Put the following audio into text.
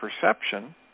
perception